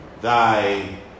Thy